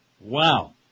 Wow